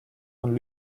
von